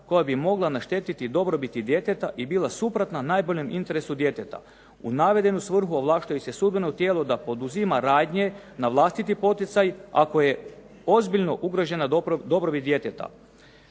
koja bi mogla naštetiti dobrobiti djeteta i bila suprotna najboljem interesu djeteta. U navedenu svrhu ovlaštuje se sudbeno tijelo da poduzima radnje na vlastiti poticaj ako je ozbiljno ugrožena dobrobit djeteta.